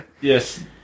yes